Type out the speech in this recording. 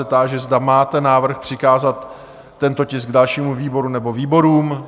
Táži se, zda máte návrh přikázat tento tisk dalšímu výboru nebo výborům?